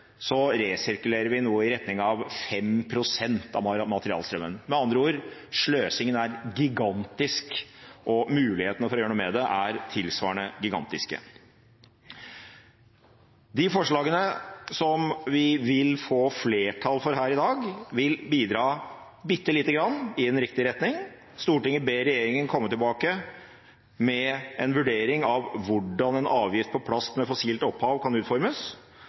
resirkulerer vi noe i retning av 5 pst. av materialstrømmen. Med andre ord: Sløsingen er gigantisk, og mulighetene for å gjøre noe med det er tilsvarende gigantiske. De forslagene som vi vil få flertall for her i dag, vil bidra bitte lite grann i en riktig retning. Stortinget ber regjeringen komme tilbake med en vurdering av hvordan en avgift på plast med fossilt opphav kan utformes.